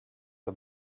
the